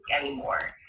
anymore